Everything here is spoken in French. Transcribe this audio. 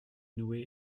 noué